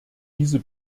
diese